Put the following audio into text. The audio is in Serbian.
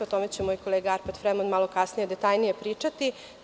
O tome će moj kolega Arpad Fremond malo kasnije detaljnije pričati.